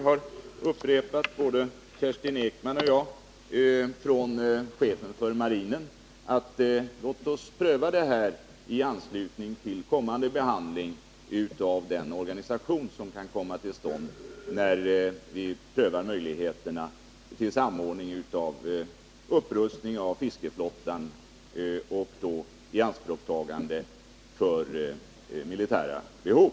Jag upprepar vad marinchefen har uttalat, nämligen att den här frågan bör prövas i anslutning till kommande behandling av den organisation som kan komma till stånd sedan vi undersökt möjligheterna att kombinera en upprustning av fiskeflottan med militära behov.